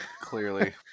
clearly